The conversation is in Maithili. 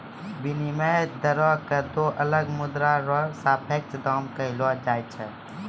विनिमय दरो क दो अलग मुद्रा र सापेक्ष दाम कहलो जाय छै